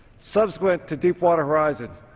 subsequent to deep water horizon,